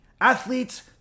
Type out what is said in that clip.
athletes